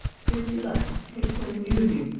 say what you like, it's amusing!